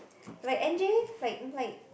like N_J like like